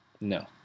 no